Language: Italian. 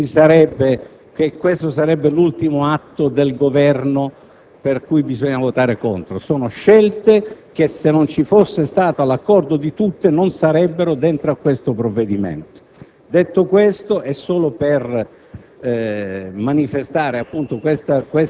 Da questo punto di vista, per favore, evitiamo almeno l'ipocrisia che questo sarebbe l'ultimo atto del Governo e pertanto bisogna votare contro; sono scelte che se non ci fosse stato l'accordo di tutti non si troverebbero all'interno del provvedimento